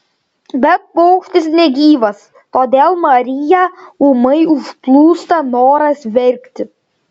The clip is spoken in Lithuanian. bet paukštis negyvas todėl mariją ūmai užplūsta noras verkti